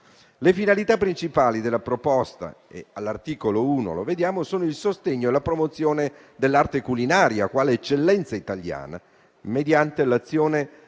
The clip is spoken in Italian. Le finalità principali della proposta - di cui all'articolo 1 - sono il sostegno e la promozione dell'arte culinaria quale eccellenza italiana mediante l'azione del